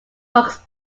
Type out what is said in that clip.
box